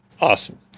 awesome